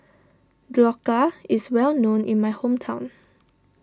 Dhokla is well known in my hometown